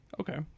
Okay